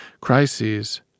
Crises